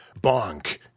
bonk